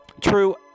True